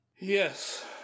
Yes